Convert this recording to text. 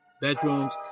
bedrooms